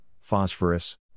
phosphorus